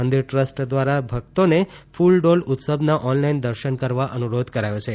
મંદિર ટ્રસ્ટ દ્વારા ભક્તોને ફલડોલ ઉત્સવના ઓનલાઈન દર્શન કરવા અનુરોધ કરાયો છે